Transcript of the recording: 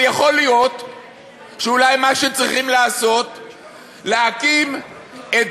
אבל יכול להיות שמה שצריכים לעשות זה להקים את